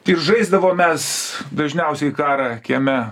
ir žaisdavom mes dažniausiai karą kieme